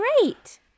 Great